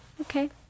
okay